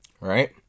Right